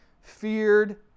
feared